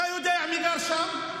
אתה יודע מי גר שם?